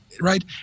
right